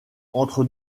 entre